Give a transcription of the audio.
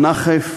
נחף,